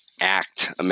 act